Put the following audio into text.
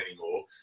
anymore